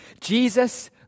Jesus